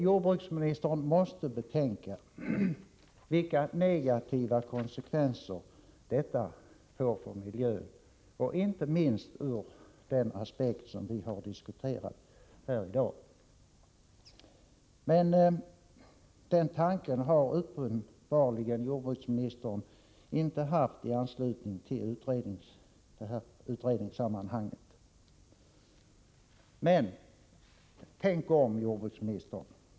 Jordbruksministern måste betänka vilka negativa konsekvenser detta får för miljön, inte minst ur den aspekt som vi diskuterat i dag. Men den tanken har jordbruksministern uppenbarligen inte haft i detta utredningssammanhang. Men tänk om, jordbruksministern!